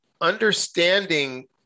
understanding